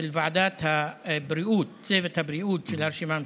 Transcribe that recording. של צוות הבריאות של הרשימה המשותפת,